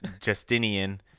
Justinian